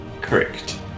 correct